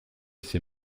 ses